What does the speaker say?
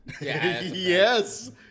Yes